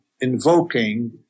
invoking